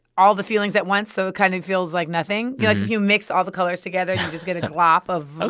all the feelings at once so it kind of feels like yeah you mix all the colors together, you just get a clop of, ah